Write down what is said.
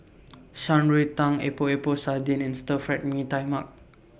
Shan Rui Tang Epok Epok Sardin and Stir Fried Mee Tai Mak